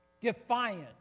Defiant